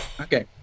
Okay